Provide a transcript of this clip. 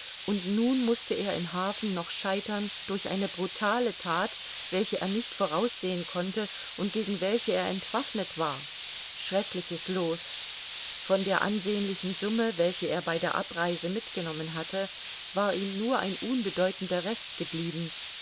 und nun mußte er im hafen noch scheitern durch eine brutale that welche er nicht voraussehen konnte und gegen welche er entwaffnet war schreckliches loos von der ansehnlichen summe welche er bei der abreise mitgenommen hatte war ihm nur ein unbedeutender rest geblieben